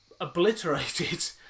obliterated